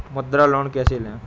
मुद्रा लोन कैसे ले?